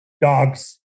dogs